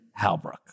Halbrook